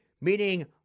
meaning